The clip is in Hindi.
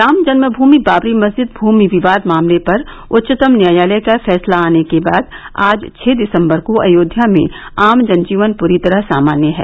राम जन्म भूमि बादरी मस्जिद भूमि विवाद मामले पर उच्चतम न्यायालय का फैसला आने के बाद आज छह दिसम्बर को अयोध्या में आम जनजीवन पूरी तरह सामान्य है